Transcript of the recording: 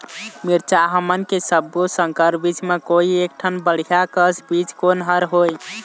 मिरचा हमन के सब्बो संकर बीज म कोई एक ठन बढ़िया कस बीज कोन हर होए?